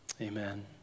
Amen